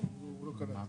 נכון.